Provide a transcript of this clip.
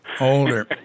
older